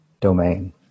domain